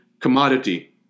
commodity